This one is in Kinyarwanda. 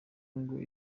ngo